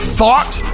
thought